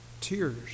tears